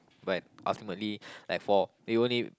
but ultimately like for we only